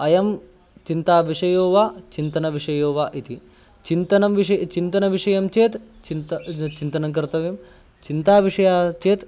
अयं चिन्ता विषयः वा चिन्तनविषयः वा इति चिन्तनं विषये चिन्तनविषयं चेत् चिन्ता चिन्तनं कर्तव्यं चिन्ता विषयः चेत्